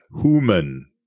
human